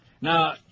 Now